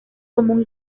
común